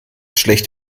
schlecht